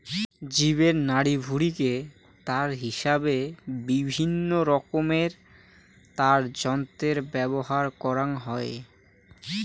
জীবের নাড়িভুঁড়িকে তার হিসাবে বিভিন্নরকমের তারযন্ত্রে ব্যবহার করাং হই